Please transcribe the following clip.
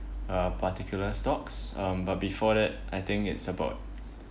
uh particular stocks um but before that I think it's about